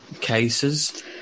cases